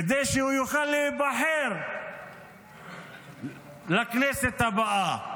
כדי שהוא יוכל להיבחר לכנסת הבאה.